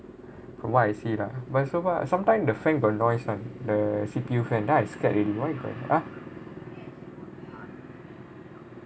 from what I see lah but so far sometime the fan got noise [one] the C_P_U fan then I scared already why got ah